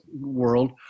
world